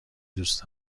دوست